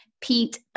Pete